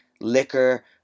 liquor